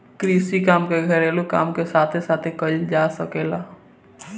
कृषि काम के घरेलू काम के साथे साथे कईल जा सकेला